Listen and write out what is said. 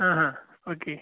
ആ ഹാ ഓക്കെ